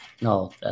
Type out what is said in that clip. no